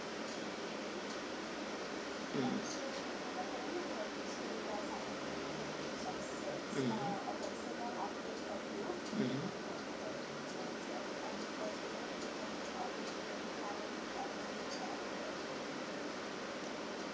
mm mm mmhmm